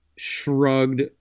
shrugged